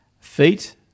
Feet